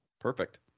Perfect